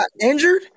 injured